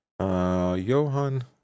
Johan